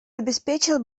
обеспечил